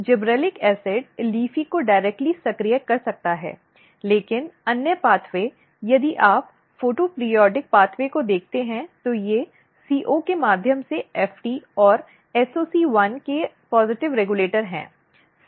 gibberellic acid LEAFY को सीधे सक्रिय कर सकता है लेकिन अन्य मार्ग यदि आप फोटोऑपरियोडिक मार्ग को देखते हैं तो ये CO के माध्यम से FT और SOC1 के सकारात्मक रिग्यलेटर हैं CO CONSTANT है